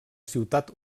ciutat